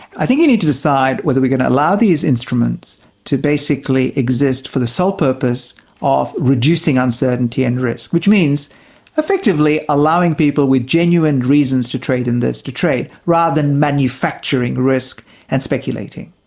i think you need to decide whether we can allow these instruments to basically exist for the sole purpose of reducing uncertainty and risk, which means effectively allowing people with genuine reasons to trade in this, to trade, rather than manufacturing risk and speculating.